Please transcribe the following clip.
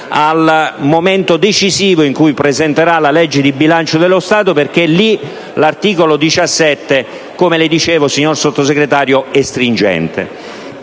al momento decisivo in cui presenterà la legge di bilancio dello Stato, perché in quel momento l'articolo 17 - come le dicevo, signor Sottosegretario - diventa